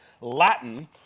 Latin